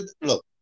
look